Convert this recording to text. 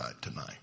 tonight